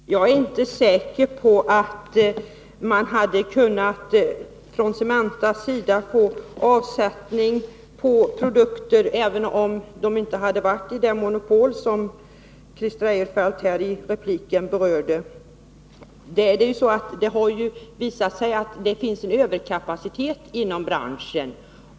Herr talman! Jag är inte säker på att Cementa hade kunnat finna avsättning för sina produkter, även om företaget inte hade befunnit sig i den monopolställning som Christer Eirefelt beskrev i sin replik. Det finns, har det visat sig, en överkapacitet inom branschen.